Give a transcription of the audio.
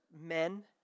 men